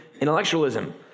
intellectualism